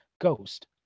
ghost